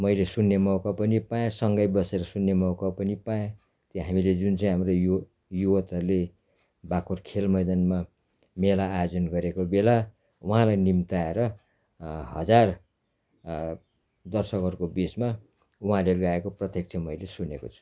मैले सुन्ने मौका पनि पाएँ सँगै बसेर सुन्ने मौका पनि पाएँ त्यो हामीले जुन चाहिँ हाम्रो यो युथहरूले भएको खेल मैदानमा मेला आयोजन गरेको बेला उहाँलाई निम्ताएर हजार दर्शकहरूको बिचमा उहाँले गाएको प्रत्यक्ष मैले सुनेको छु